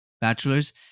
bachelors